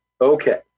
Okay